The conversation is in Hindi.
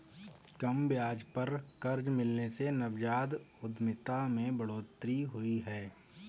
कम ब्याज पर कर्ज मिलने से नवजात उधमिता में बढ़ोतरी हुई है